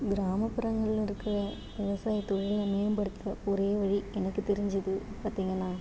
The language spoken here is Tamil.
கிராமப்புறங்கள்ல இருக்கிற விவசாயத்தொழிலை மேம்படுத்த ஒரே வழி எனக்கு தெரிஞ்சது பார்த்தீங்கன்னா